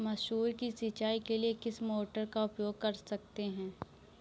मसूर की सिंचाई के लिए किस मोटर का उपयोग कर सकते हैं?